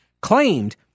claimed